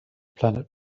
planet